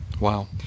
Wow